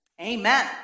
Amen